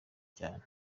cyane